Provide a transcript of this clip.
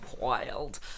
wild